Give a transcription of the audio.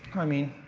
i mean.